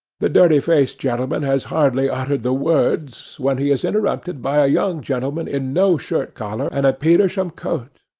the dirty-faced gentleman has hardly uttered the words, when he is interrupted by a young gentleman in no shirt-collar and a petersham coat.